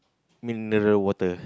mineral water